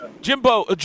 Jimbo